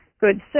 good